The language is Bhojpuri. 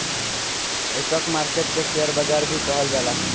स्टॉक मार्केट के शेयर बाजार भी कहल जाला